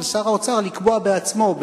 שר האוצר לקבוע בעצמו או באמצעות משרדו?